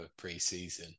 preseason